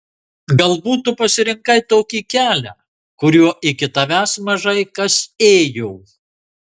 galbūt tu pasirinkai tokį kelią kuriuo iki tavęs mažai kas ėjo